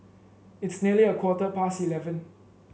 it's nearly a quarter past eleven